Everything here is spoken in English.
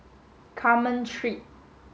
Carmen Street